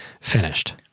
finished